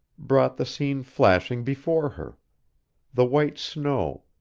brought the scene flashing before her the white snow,